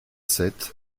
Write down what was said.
sept